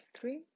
three